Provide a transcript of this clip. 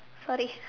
sorry